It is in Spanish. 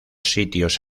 sitios